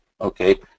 okay